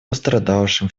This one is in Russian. пострадавшим